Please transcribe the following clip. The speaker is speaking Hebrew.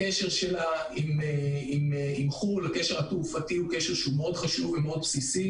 הקשר התעופתי שלה עם חו"ל הוא מאוד חשוב ובסיסי.